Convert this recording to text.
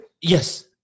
Yes